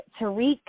Tariq